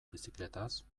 bizikletaz